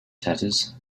tatters